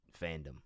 fandom